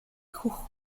хөх